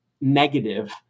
negative